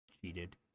cheated